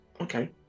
okay